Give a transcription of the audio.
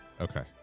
Okay